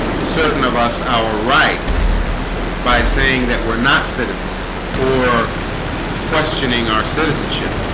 certain of us our rights by saying that we're not citizens or questioning our citizenship